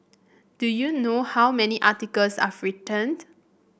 do you know how many articles I've written